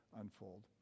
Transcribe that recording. unfold